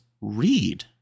Read